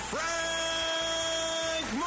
Frank